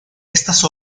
estas